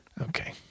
Okay